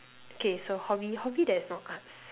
K so hobby hobby that's not arts